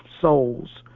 souls